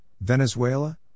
Venezuela